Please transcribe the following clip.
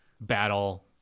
battle